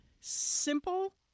Simple